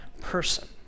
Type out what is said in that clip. person